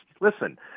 listen